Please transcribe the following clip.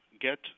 get